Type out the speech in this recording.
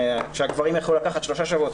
כשהגברים יכלו לקחת שלושה שבועות,